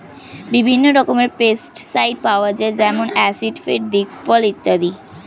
বিভিন্ন রকমের পেস্টিসাইড পাওয়া যায় যেমন আসিফেট, দিকফল ইত্যাদি